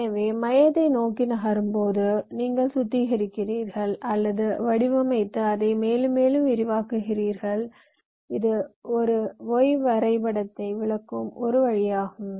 எனவே மையத்தை நோக்கி நகரும்போது நீங்கள் சுத்திகரிக்கிறீர்கள் அல்லது வடிவமைத்து அதை மேலும் மேலும் விரிவாக்குகிறீர்கள் இது Y வரைபடத்தை விளக்கும் ஒரு வழியாகும்